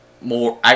more